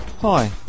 Hi